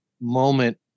moment